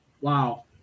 Wow